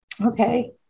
Okay